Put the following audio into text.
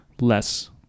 less